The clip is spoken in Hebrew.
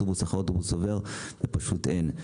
אוטובוס אחר אוטובוס ופשוט אין מקום פנוי.